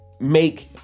make